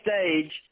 stage